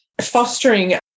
fostering